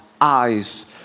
eyes